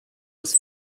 was